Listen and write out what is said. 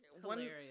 Hilarious